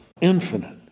Infinite